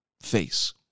face